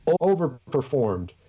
overperformed